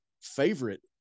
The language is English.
favorite